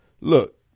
look